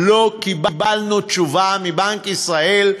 לא קיבלנו תשובה מבנק ישראל,